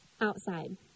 outside